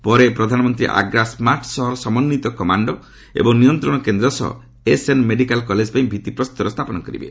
ପରେ ପରେ ପ୍ରଧାନନ୍ତ୍ରୀ ଆଗ୍ରା ସ୍କାର୍ଟ୍ ସହରର ସମନ୍ଧିତ କମାଣ୍ଡ ଏବଂ ନିୟନ୍ତ୍ରଣ କେନ୍ଦ୍ର ସହ ଏସ୍ଏନ୍ ମେଡିକାଲ୍ କଲେଜ୍ ପାଇଁ ଭିଭିପ୍ରସ୍ତର ସ୍ଥାପନ କରିବେ